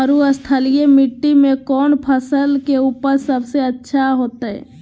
मरुस्थलीय मिट्टी मैं कौन फसल के उपज सबसे अच्छा होतय?